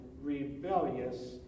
rebellious